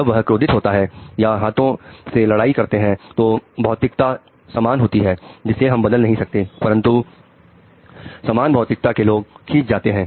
जब वह क्रोधित होते हैं या हाथों से लड़ाई करते हैं तो भौतिकता समान होती है जिसे हम बदल नहीं सकते परंतु समान भौतिकता से लोग खींज जाते हैं